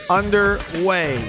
underway